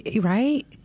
right